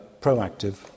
proactive